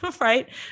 right